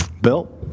Bill